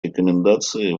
рекомендации